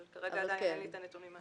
כרגע אין לי את הנתונים.